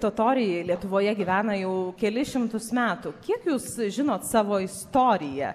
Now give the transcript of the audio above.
totoriai lietuvoje gyvena jau kelis šimtus metų kiek jūs žinot savo istoriją